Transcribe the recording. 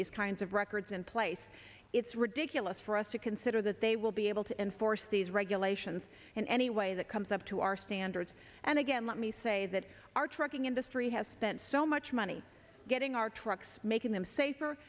these kinds of records in place it's ridiculous for us to consider that they will be able to enforce these regulations in any way that comes up to our standards and again let me say that our trucking industry has spent so much money getting our trucks making them safer